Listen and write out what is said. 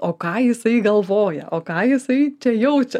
o ką jisai galvoja o ką jisai jaučia